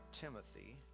Timothy